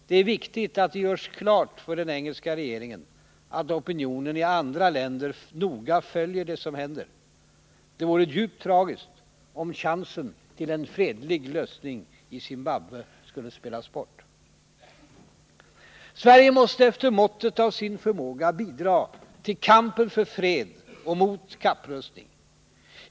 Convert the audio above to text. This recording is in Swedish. Det är viktigt att det görs klart för den engelska regeringen att opinionen i andra länder noga följer det som händer. Det vore djupt tragiskt om chansen till en fredlig lösning i Zimbabwe skulle spelas bort. Sverige måste efter måttet av sin förmåga bidra till kampen för fred och mot kapprustning.